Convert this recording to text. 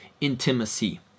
intimacy